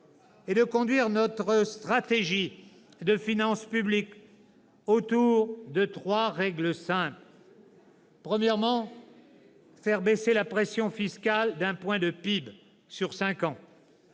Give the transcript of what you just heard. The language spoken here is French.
et de conduire notre stratégie de finances publiques en fonction de trois règles simples : premièrement, faire baisser la pression fiscale d'un point de PIB sur cinq ans